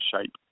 shape